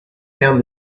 found